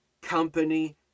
company